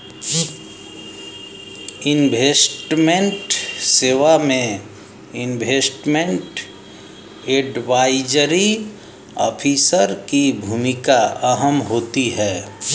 investment सेवा में investment advisory officer की भूमिका अहम होती है